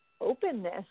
openness